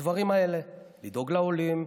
הדברים האלה: לדאוג לעולים,